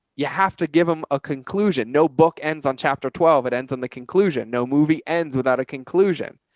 you have to give them a conclusion. no book ends on chapter twelve. it ends on the conclusion. no movie ends without a conclusion,